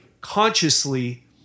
consciously